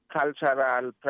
cultural